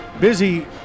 busy